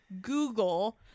Google